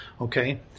okay